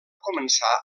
començar